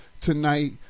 tonight